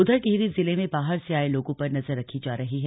उधर टिहरी जिले में बाहर से आये लोगों पर नजर रखी जा रही है